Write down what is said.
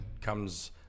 comes